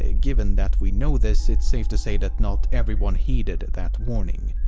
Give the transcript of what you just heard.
ah given that we know this, it's safe to say that not everyone heeded that warning.